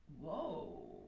Whoa